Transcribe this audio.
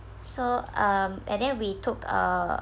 so um and then we took a